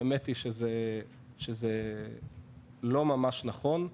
האמת היא שזה לא ממש נכון,